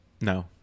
No